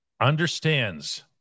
understands